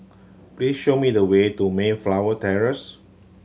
please show me the way to Mayflower Terrace